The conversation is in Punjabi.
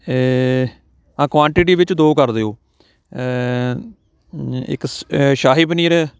ਏ ਕੁਆਂਟਿਟੀ ਵਿੱਚ ਦੋ ਕਰ ਦਿਓ ਇੱਕ ਸ਼ ਸ਼ਾਹੀ ਪਨੀਰ